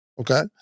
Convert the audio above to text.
okay